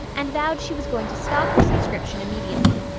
and vowed she was going to stop her subscription immediately.